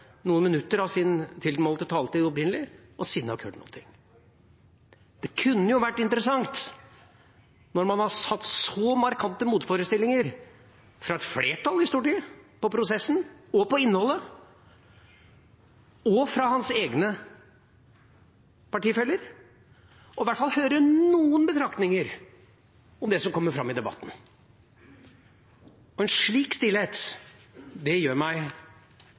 noen minutter av sin tilmålte taletid opprinnelig, og siden har vi ikke hørt noen ting. Det kunne ha vært interessant, når man har hatt så markante motforestillinger fra et flertall på Stortinget til prosessen og til innholdet, og fra egne partifeller, i hvert fall å høre noen betraktninger om det som kommer fram i debatten. Og en slik stillhet gjør meg